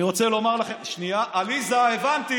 אני רוצה לומר לכם, שנייה, עליזה, הבנתי